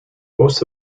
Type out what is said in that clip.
most